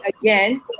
again